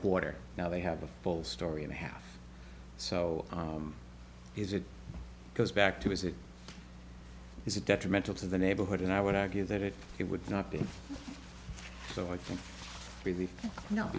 quarter now they have a full story and a half so is it goes back to is it is it detrimental to the neighborhood and i would argue that it would not be so i think really no